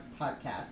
podcast